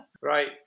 Right